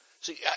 See